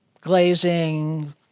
glazing